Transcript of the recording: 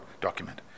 document